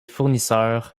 fournisseurs